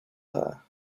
her